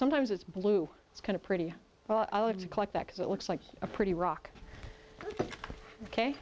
sometimes it's blue it's kind of pretty well i'll have to collect that because it looks like a pretty rock ok